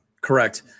correct